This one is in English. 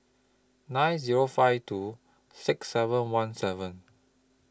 nine Zero five two six seven one seven